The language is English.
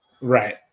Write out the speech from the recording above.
right